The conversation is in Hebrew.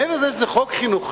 מעבר לזה שזה חוק חינוכי,